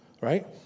right